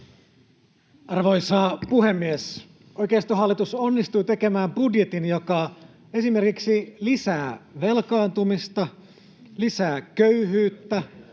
Arvoisa puhemies! Oikeistohallitus onnistuu tekemään budjetin, joka esimerkiksi lisää velkaantumista, lisää köyhyyttä,